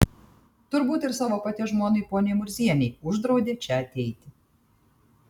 turbūt ir savo paties žmonai poniai murzienei uždraudė čia ateiti